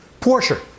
Porsche